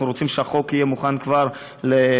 אנחנו רוצים שהחוק יהיה מוכן כבר לספטמבר,